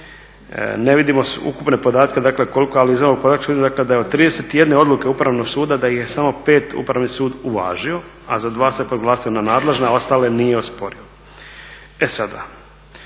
Ne vidimo ukupne podatke koliko, ali za …, dakle da je od 31 odluke Upravnog suda da ih je samo 5 Upravni sud uvažio, a za 2 se proglasio nenadležan, a ostale nije osporio. E sada,